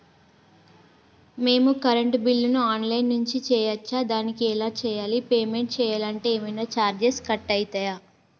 మేము కరెంటు బిల్లును online నుంచి చేయచ్చా? దానికి ఎలా చేయాలి? పేమెంట్ చేయాలంటే ఏమైనా చార్జెస్ కట్ అయితయా?